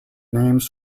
names